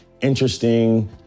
interesting